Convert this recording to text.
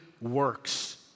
works